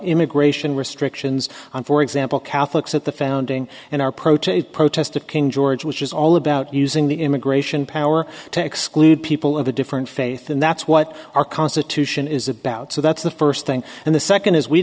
immigration restrictions on for example catholics at the founding in our protest protest of king george which is all about using the immigration power to exclude people of a different faith and that's what our constitution is about so that's the first thing and the second is we